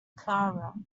clara